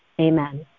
Amen